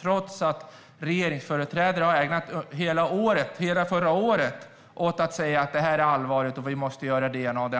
Trots att regeringsföreträdare har ägnat hela förra året åt att framhålla hur allvarligt detta är ska det, enligt planen,